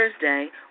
Thursday